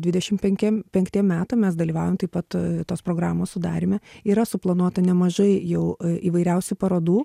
dvidešim penkiem penktiem metam mes dalyvaujam taip pat tos programos sudaryme yra suplanuota nemažai jau įvairiausių parodų